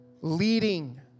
leading